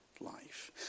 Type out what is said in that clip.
life